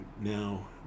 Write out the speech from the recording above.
now